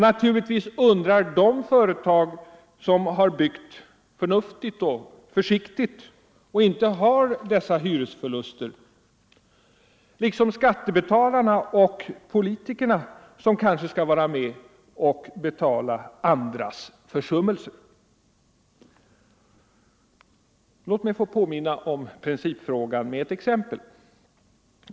Naturligtvis undrar de företag som har byggt förnuftigt och försiktigt och inte har dessa hyresförluster liksom skattebetalarna och politikerna som kanske skall vara med och betala andras försummelser. Låt mig få påminna om principfrågan med ett exempel.